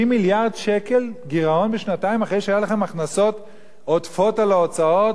30 מיליארד שקל גירעון בשנתיים אחרי שהיו לכם הכנסות עודפות על ההוצאות?